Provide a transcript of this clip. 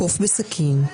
סרטון).